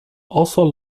also